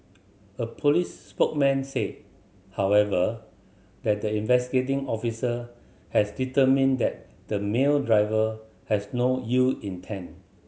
a police spokesman said however that the investigating officer has determined that the male driver has no ill intent